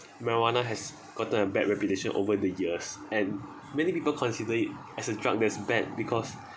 marijuana has gotten a bad reputation over the years and many people consider it as a drug that is bad because